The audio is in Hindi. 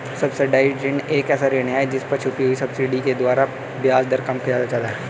सब्सिडाइज्ड ऋण एक ऐसा ऋण है जिस पर छुपी हुई सब्सिडी के द्वारा ब्याज दर कम कर दिया जाता है